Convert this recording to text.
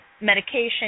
medication